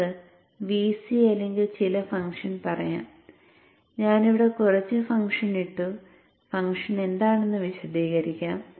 നമുക്ക് Vc അല്ലെങ്കിൽ ചില ഫംഗ്ഷൻ പറയാം ഞാൻ ഇവിടെ കുറച്ച് ഫംഗ്ഷൻ ഇട്ടു ഫംഗ്ഷൻ എന്താണെന്ന് വിശദീകരിക്കാം